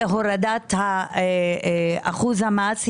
בהורדת אחוז המס,